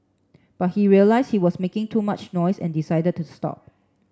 but he realised he was making too much noise and decided to stop